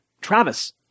Travis